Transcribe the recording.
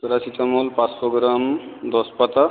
paracetamol পাঁচশো gram দশ পাতা